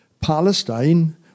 Palestine